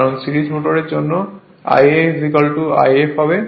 কারণ series motor এর জন্য Ia If হবে